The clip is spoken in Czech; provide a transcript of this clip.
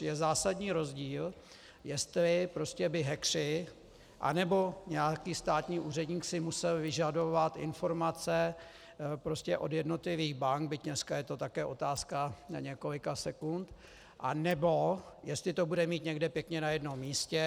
Je zásadní rozdíl, jestli prostě by hackeři anebo nějaký státní úředník si musel vyžadovat informace od jednotlivých bank, byť dneska je to také otázka několika sekund, anebo jestli to bude mít někde pěkně na jednom místě.